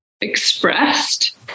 expressed